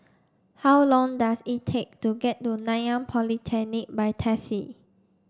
how long does it take to get to Nanyang Polytechnic by taxi